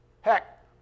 Heck